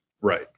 right